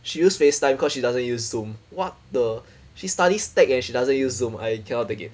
she use Facetime cause she doesn't use Zoom what the she studies tech and she doesn't use Zoom I cannot take it